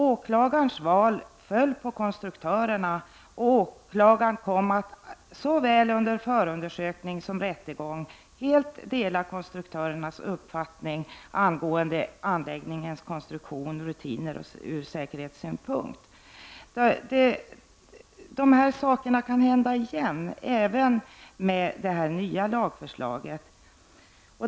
Åklagarens val föll på konstruktörerna, och åklagaren kom att såväl under förundersökningen som under rättegången helt dela konstruktörernas uppfattning angående anläggningens konstruktion och rutiner ur rättssäkerhetssynpunkt. Sådana här saker kan inträffa igen, även med det nya lagförslaget.